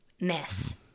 Miss